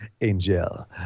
Angel